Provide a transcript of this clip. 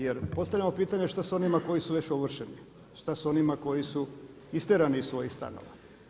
Jer postavljamo pitanje što je sa onima koji su već ovršeni, šta sa onima koji su istjerani iz svojih stanova.